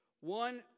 One